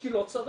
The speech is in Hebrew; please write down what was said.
כי לא צריך.